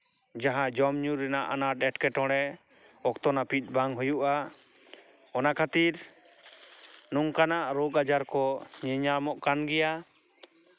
ᱡᱟᱦᱟᱸ ᱡᱚᱢ ᱧᱩ ᱨᱮᱱᱟᱜ ᱟᱱᱟᱴ ᱮᱸᱴᱠᱮᱴᱚᱬᱮ ᱚᱠᱛᱚ ᱱᱟᱹᱯᱤᱛ ᱵᱟᱝ ᱦᱩᱭᱩᱜᱼᱟ ᱚᱱᱟ ᱠᱷᱟᱹᱛᱤᱨ ᱱᱚᱝᱠᱟᱱᱟᱜ ᱨᱳᱜᱽ ᱟᱡᱟᱨ ᱠᱚ ᱧᱮᱧᱟᱢᱚᱜ ᱠᱟᱱ ᱜᱮᱭᱟ